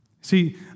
See